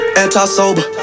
anti-sober